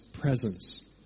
presence